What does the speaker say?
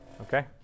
okay